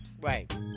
Right